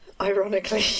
ironically